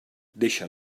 deixa